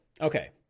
Okay